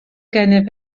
gennyf